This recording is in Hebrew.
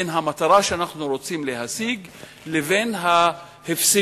בין המטרה שאנחנו רוצים להשיג לבין ההפסדים,